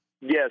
Yes